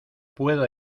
puedo